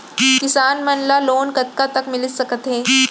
किसान मन ला लोन कतका तक मिलिस सकथे?